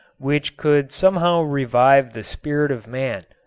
which could somehow revive the spirit of man.